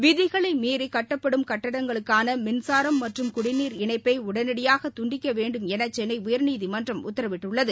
விதிகளை மீறி கட்டப்படும் கட்டடங்களுக்கான மின்சாரம் மற்றும் குடிநீர் இணைப்பை உடனடியாக துண்டிக்க வேண்டும் என சென்னை உயர்நீதிமன்றம் உத்தரவிட்டுள்ளது